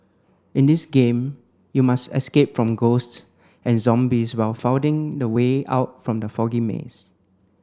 in this game you must escape from ghosts and zombies while finding the way out from the foggy maze